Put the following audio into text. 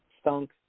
Stunk